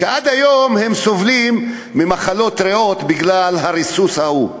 עד היום הם סובלים ממחלות ריאות בגלל הריסוס ההוא.